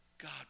God